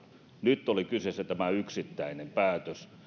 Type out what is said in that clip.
nyt oli kyseessä tämä yksittäinen päätös